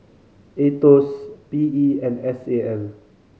Aetos P E and S A L